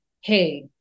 Hey